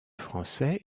français